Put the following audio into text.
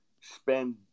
spend